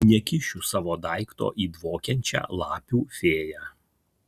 nekišiu savo daikto į dvokiančią lapių fėją